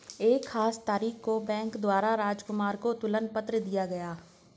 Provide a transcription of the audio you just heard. एक खास तारीख को बैंक द्वारा राजकुमार को तुलन पत्र दिया गया